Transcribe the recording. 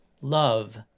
Love